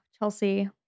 Chelsea